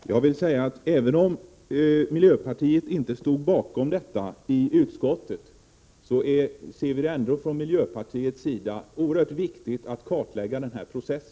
Svenska kärnvöpen Herr talman! Även om miljöpartiet inte stod bakom reservationen i programmes utskottet ser vi det ändå från miljöpartiets sida som oerhört viktigt att kartlägga denna process.